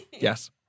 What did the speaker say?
Yes